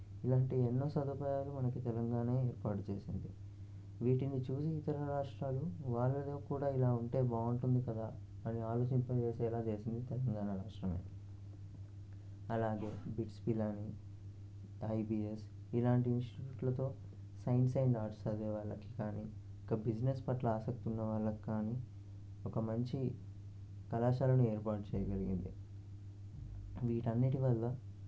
ఇలాంటి ఎన్నో సదుపాయాలు మనకు తెలంగాణే ఏర్పాటు చేసింది వీటిని చూసి ఇతర రాష్ట్రాలు వాళ్ళల్లో కూడా ఇలా ఉంటే బాగుంటుంది కదా అని ఆలోచించేలా చేసింది తెలంగాణ రాష్ట్రమే అలాగే బిట్స్ పిలాని ఐబీఎస్ ఇలాంటి ఇన్స్టిట్యూట్లతో సైన్స్ అండ్ ఆర్ట్స్ చదివే వాళ్ళకి కానీ ఇంకా బిజినెస్ పట్ల ఆసక్తి ఉన్నవాళ్ళకి కానీ ఒక మంచి కళాశాలను ఏర్పాటు చేయగలిగింది వీటన్నిటి వల్ల